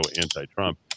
anti-Trump